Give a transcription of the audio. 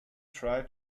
try